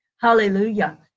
Hallelujah